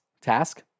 Task